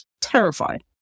terrified